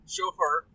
chauffeur